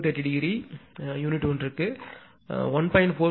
7441∠30 ° unit ஒன்றுக்கு 1